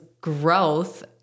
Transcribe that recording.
growth